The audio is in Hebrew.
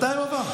מתי הוא עבר?